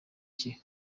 cye